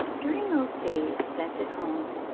during those days spent at home,